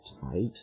tight